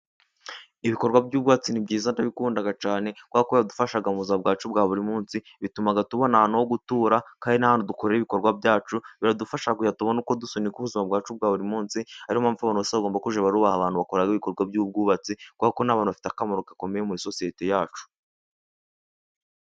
Ibikorwa by'ubwubatsi ni byiza ndabikunda cyane, kubera ko biradufasha mu buzima bwacu bwa buri munsi, bituma tubona ahantu ho gutura kandi n'ahantu dukorera ibikorwa byacu, biradufasha guhita tubona uko dusunika ubu ubuzima bwacu bwa buri munsi, ni yo mpamvu tugomba kujya twubaha abantu bakora ibikorwa by'ubwubatsi, kuko ni abantu bafite akamaro gakomeye muri sosiyete yacu.